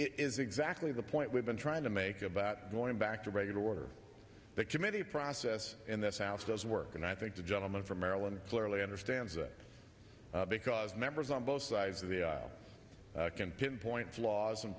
is exactly the point we've been trying to make about going back to regular order that committee process in this house does work and i think the gentleman from maryland clearly understands that because members on both sides of the aisle can pinpoint flaws and